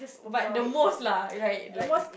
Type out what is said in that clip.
but the most lah right like